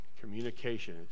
Communication